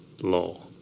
law